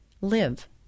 live